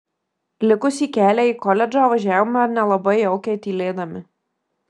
likusį kelią į koledžą važiavome nelabai jaukiai tylėdami